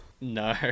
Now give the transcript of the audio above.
No